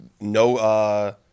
no